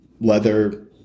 leather